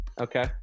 Okay